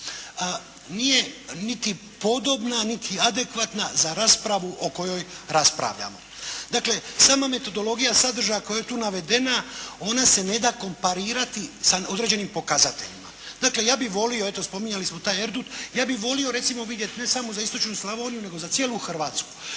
nije niti podobna, niti adekvatna za raspravu o kojoj raspravljamo. Dakle, sama metodologija sadržaja koja je tu navedena, ona se ne da komparirati sa određenim pokazateljima. Dakle, ja bih volio, eto spominjali smo taj Erdut, ja bih volio recimo vidjeti, ne samo za istočnu Slavoniju nego za cijelu Hrvatsku,